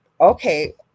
okay